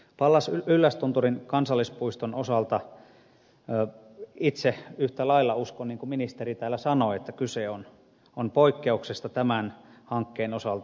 pallas yllästunturin kansallispuiston osalta itse yhtä lailla uskon niin kuin ministeri täällä sanoi että kyse on poikkeuksesta tämän hankkeen osalta